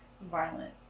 violent